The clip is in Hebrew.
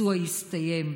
הביצוע יסתיים.